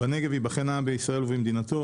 "בנגב ייבחן העם בישראל ובמדינתו,